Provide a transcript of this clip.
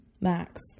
max